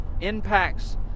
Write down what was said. impacts